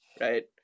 right